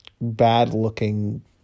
bad-looking